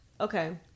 okay